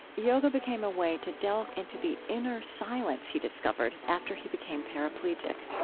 yoga became a way to delve into the inner silence he discovered after he became paraplegic.